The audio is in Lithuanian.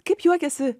kaip juokiasi